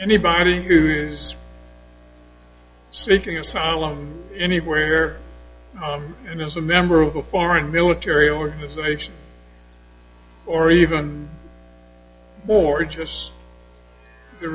anybody who is seeking asylum anywhere and is a member of a foreign military organization or even more just the